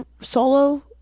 solo